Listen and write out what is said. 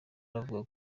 aravuga